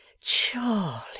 Charlie